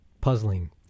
puzzling